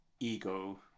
Ego